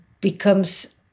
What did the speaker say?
becomes